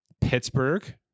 Pittsburgh